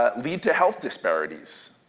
ah lead to health disparities.